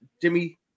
Jimmy